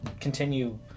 continue